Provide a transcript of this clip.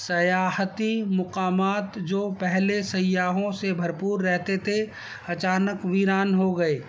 سیاحتی مقامات جو پہلے سیاحوں سے بھرپور رہتے تھے اچانک ویران ہو گئے